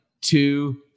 two